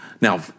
Now